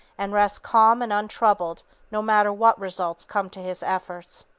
and rest calm and untroubled no matter what results come to his efforts.